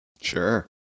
Sure